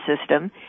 system